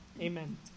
Amen